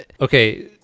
okay